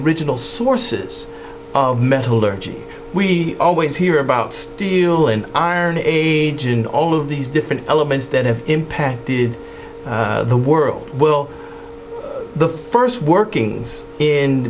regional sources of metallurgy we always hear about steel and iron age and all of these different elements that have impacted the world well the first workings in